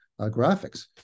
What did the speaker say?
graphics